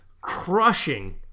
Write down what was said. crushing